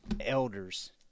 elders